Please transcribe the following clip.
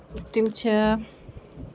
تِم چھِ